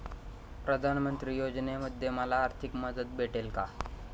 प्रधानमंत्री योजनेमध्ये मला आर्थिक मदत भेटेल का?